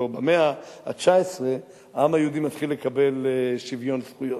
הלוא במאה ה-19 העם היהודי מתחיל לקבל שוויון זכויות.